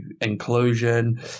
inclusion